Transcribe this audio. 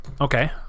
Okay